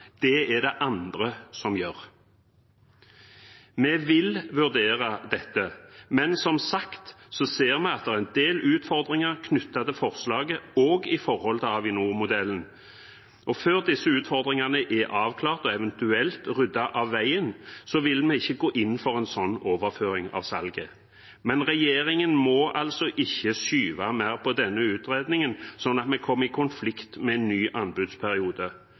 Det er det andre som gjør. Vi vil vurdere dette, men vi ser, som sagt, at det er en del utfordringer knyttet til forslaget, også med hensyn til Avinor-modellen. Før disse utfordringene er avklart og eventuelt ryddet av veien, vil vi ikke gå inn for en slik overføring av salget. Men regjeringen må altså ikke skyve mer på denne utredningen, slik at vi kommer i konflikt med en ny anbudsperiode.